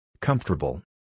Comfortable